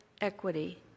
equity